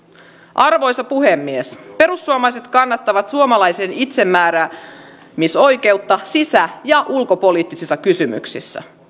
arvoisa puhemies perussuomalaiset kannattavat suomalaisten itsemääräämisoikeutta sisä ja ulkopoliittisissa kysymyksissä